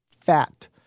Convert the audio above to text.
fat